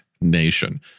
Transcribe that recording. nation